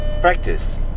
practice